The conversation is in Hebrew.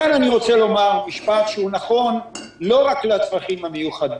כאן אני רוצה לומר משפט שהוא נכון לא רק לצרכים המיוחדים.